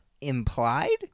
implied